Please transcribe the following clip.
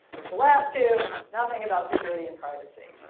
here's the last two. nothing about security and privacy.